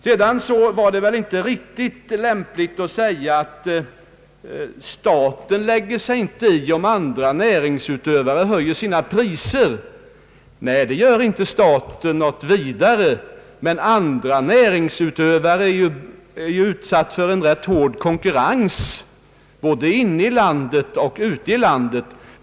Herr Kristiansson menar att staten inte lägger sig i om andra yrkesutövare höjer sina priser. Nej, det gör inte staten i någon större utsträckning. Andra näringsutövare är dock utsatta för en rätt hård konkurrens både inom och utom landet.